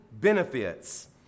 benefits